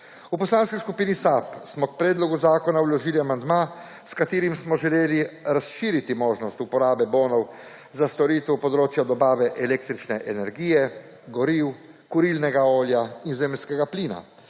V Poslanski skupini SAB smo k predlogu zakona vložili amandma, s katerim smo želi razširiti možnost uporabe bonov za storitev področja dobave električne energije, goriv, kurilnega olja in zemeljskega plina,